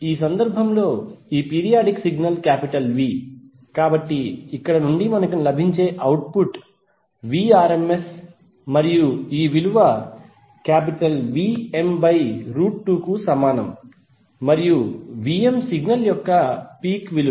ఈ సందర్భంలో ఈ పీరియాడిక్ సిగ్నల్ V కాబట్టి ఇక్కడ నుండి మనకు లభించే అవుట్పుట్ Vrms మరియు ఈ విలువVm2 కు సమానం మరియు Vm సిగ్నల్ యొక్క పీక్ విలువ